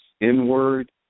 inward